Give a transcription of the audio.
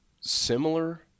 similar